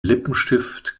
lippenstift